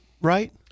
right